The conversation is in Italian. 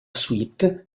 suite